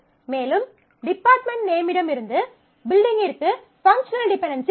மேலும் டிபார்ட்மெண்ட் நேமிடமிருந்து பில்டிங்கிற்கு பங்க்ஷனல் டிபென்டென்சி உள்ளது